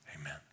amen